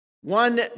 one